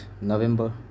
November